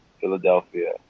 Philadelphia